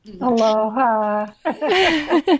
Aloha